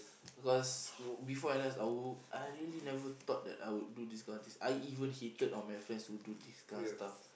because be~ before N_S I would I really never thought that I would do this kind of things I even hated on my friends who do these kind of stuff